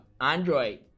Android